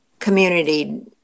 community